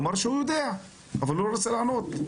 זה אומר שהוא יודע אבל הוא רוצה לענות.